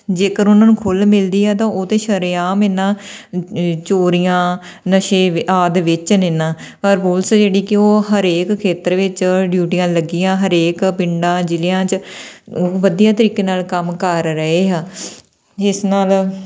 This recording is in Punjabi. ਜੇਕਰ ਉਹਨਾਂ ਨੂੰ ਖੁੱਲ੍ਹ ਮਿਲਦੀ ਹੈ ਤਾਂ ਉਹ ਤਾਂ ਸ਼ਰੇਆਮ ਇਹਨਾਂ ਚੋਰੀਆਂ ਨਸ਼ੇ ਆਦਿ ਵੇਚਣ ਨਾ ਪਰ ਪੁਲਸ ਜਿਹੜੀ ਕਿ ਉਹ ਹਰੇਕ ਖੇਤਰ ਵਿੱਚ ਡਿਊਟੀਆਂ ਲੱਗੀਆਂ ਹਰੇਕ ਪਿੰਡਾਂ ਜ਼ਿਲ੍ਹਿਆਂ 'ਚ ਉਹ ਵਧੀਆ ਤਰੀਕੇ ਨਾਲ ਕੰਮ ਕਰ ਰਹੇ ਆ ਜਿਸ ਨਾਲ